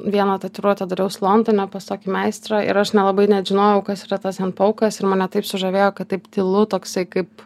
vieną tatuiruotę dariaus londone pas tokį meistrą ir aš nelabai net žinojau kas yra tas hend paukas ir mane taip sužavėjo kad taip tylu toksai kaip